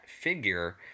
figure